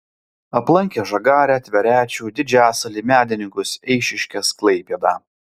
aplankė žagarę tverečių didžiasalį medininkus eišiškes klaipėdą